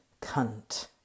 cunt